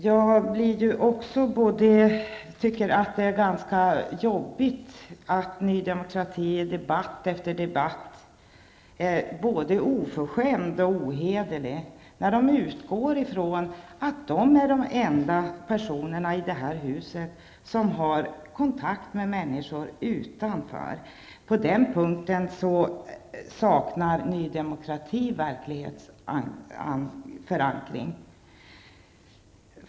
Jag tycker att det är ganska jobbigt när Ny Demokratis representanter i debatt efter debatt är både oförskämda och ohederliga och utgår från att de är de enda personerna i detta hus som har kontakt med människor utanför. På den punkten saknar Ny Demokrati verklighetsförankring.